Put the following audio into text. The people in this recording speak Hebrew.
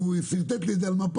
הוא שרטט לי את זה על מפה.